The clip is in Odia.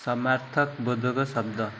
ସମାର୍ଥବୋଧକ ଶବ୍ଦ